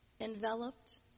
enveloped